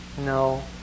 No